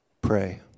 Pray